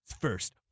first